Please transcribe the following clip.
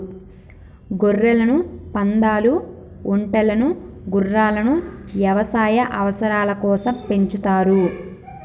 గొర్రెలను, పందాలు, ఒంటెలను గుర్రాలను యవసాయ అవసరాల కోసం పెంచుతారు